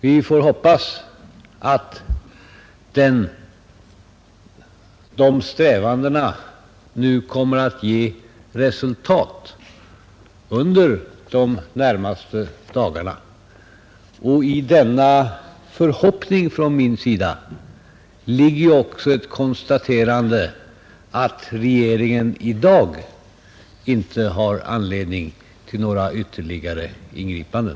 Vi får hoppas att de strävandena kommer att ge resultat under de närmaste dagarna. I denna min förhoppning ligger också ett konstaterande av att regeringen inte för närvarande har anledning till några ytterligare ingripanden.